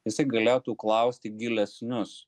jisai galėtų klausti gilesnius